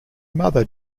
mother